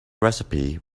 recipe